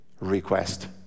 request